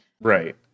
Right